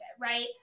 right